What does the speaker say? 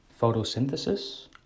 photosynthesis